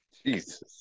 Jesus